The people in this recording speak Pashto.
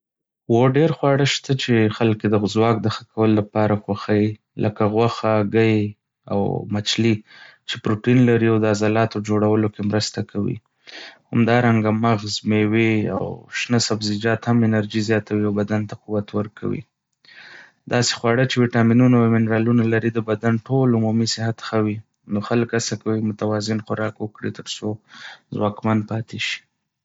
هو، ډېر خواړه شته چې خلک یې د ځواک د ښه کولو لپاره خوښوي. لکه غوښه، هګۍ، او مچھلي چې پروټین لري او د عضلاتو جوړولو کې مرسته کوي. همدارنګه، مغز، مېوې، او شنه سبزيجات هم انرژي زیاتوي او بدن ته قوت ورکوي. داسې خواړه چې ویټامینونه او منرالونه لري، د بدن ټول عمومي صحت ښه کوي. نو خلک هڅه کوي متوازن خوراک وکړي ترڅو ځواکمن پاتې شي.